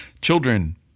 children